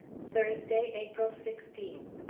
thursday, april sixteenth.